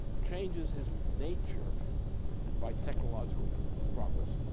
changes his nature by technological progress,